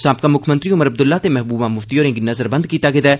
साबका मुक्खमंत्री उमर अब्दुल्ला ते महबूबा मुफ्ती होरें'गी नजरबंद कीता गेदा ऐ